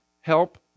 help